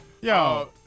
Yo